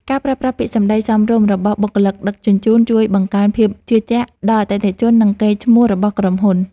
ការប្រើប្រាស់ពាក្យសម្ដីសមរម្យរបស់បុគ្គលិកដឹកជញ្ជូនជួយបង្កើនភាពជឿជាក់ដល់អតិថិជន និងកេរ្តិ៍ឈ្មោះរបស់ក្រុមហ៊ុន។